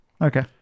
Okay